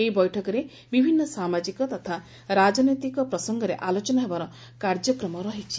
ଏହି ବୈଠକରେ ବିଭିନ୍ନ ସାମାଜିକ ତଥା ରାଜନୈତିକ ପ୍ରସଙ୍ଗରେ ଆଲୋଚନା ହେବାର କାର୍ଯ୍ୟକ୍ରମ ରହିଛି